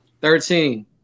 Thirteen